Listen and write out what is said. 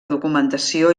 documentació